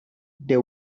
they